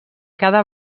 cada